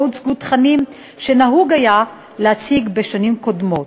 הוצגו תכנים שנהוג היה להציג בשנים קודמות.